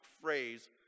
phrase